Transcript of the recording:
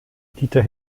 dieter